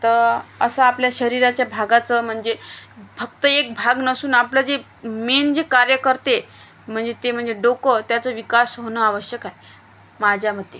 तर असं आपल्या शरीराच्या भागाचं म्हणजे फक्त एक भाग नसून आपलं जे मेन जे कार्य करते म्हणजे ते म्हणजे डोकं त्याचं विकास होणं आवश्यक आहे माझ्या मते